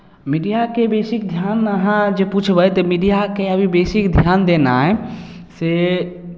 मीडियाके बेसी ध्यान अहाँ जे पुछबै तऽ मीडियाके अभी बेसी ध्यान देनाइ से